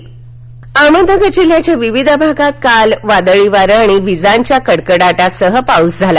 पाऊस अहमदनगर जिल्ह्याच्या विविध भागात काल वादळी वारे आणि विजांच्या कडकडाटासह पाऊस झाला